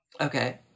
Okay